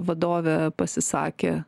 vadovė pasisakė